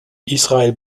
israel